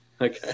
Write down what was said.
Okay